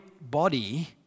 body